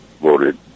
voted